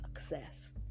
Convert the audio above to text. success